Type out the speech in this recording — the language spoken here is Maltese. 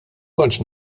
kontx